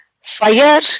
fire